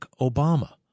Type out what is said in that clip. Obama